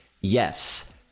yes